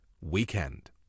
weekend